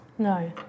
No